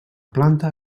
planta